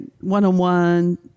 one-on-one